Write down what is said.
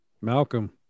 Malcolm